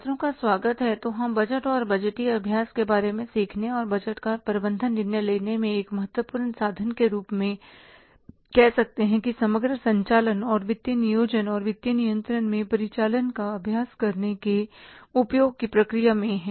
छात्रों का स्वागत है तो हम बजट और बजटीय अभ्यास के बारे में सीखने और बजट का प्रबंधन निर्णय लेने में एक महत्वपूर्ण साधन के रूप में कह सकते है कि समग्र संचालन और वित्तीय नियोजन और वित्तीय नियंत्रण में परिचालन का अभ्यास करने के उपयोग की प्रक्रिया में हैं